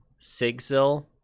Sigzil